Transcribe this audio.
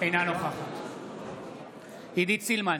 אינה נוכחת עידית סילמן,